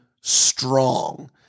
strong